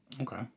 Okay